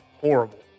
horrible